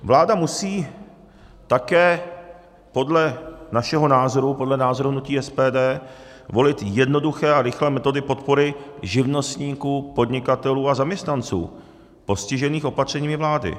Vláda musí také podle našeho názoru, podle názoru hnutí SPD, volit jednoduché a rychlé metody podpory živnostníků, podnikatelů a zaměstnanců postižených opatřeními vlády.